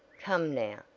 come now,